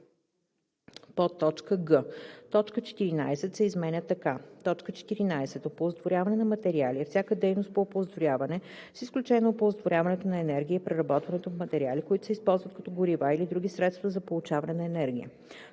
цели.“; г) точка 14 се изменя така: „14. „Оползотворяване на материали“ е всяка дейност по оползотворяване с изключение на оползотворяването на енергия и преработването в материали, които се използват като горива или други средства за получаване на енергия.